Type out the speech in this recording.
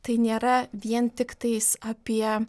tai nėra vien tiktais apie